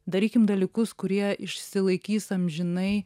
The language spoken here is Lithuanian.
darykim dalykus kurie išsilaikys amžinai